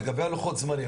לגבי לוחות הזמנים,